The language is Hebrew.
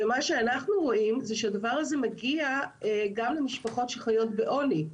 ומה שאנחנו רואים הוא שהדבר הזה מגיע גם למשפחות שחיות בעוני.